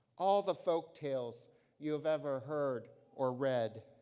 all the folktales you've ever heard or read.